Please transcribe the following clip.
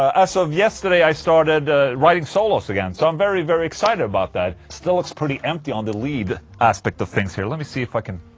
as ah of yesterday i started writing solos again so i'm very very excited about that still looks pretty empty on the lead aspect of things here, let me see if i can.